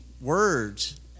words